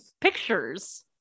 pictures